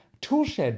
toolshed